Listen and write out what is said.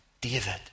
David